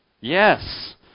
Yes